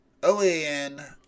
OAN